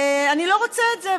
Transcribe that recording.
ואני לא רוצה את זה.